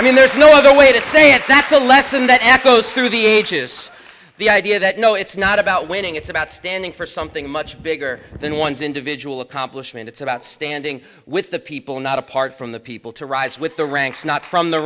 i mean there's no other way to say it that's a lesson that echoes through the ages the idea that you know it's not about winning it's about standing for something much bigger than one's individual accomplishment it's about standing with the people not apart from the people to rise with the ranks not from the